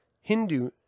Hindu